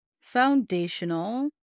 foundational